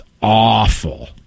awful